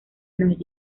nos